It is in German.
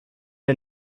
wir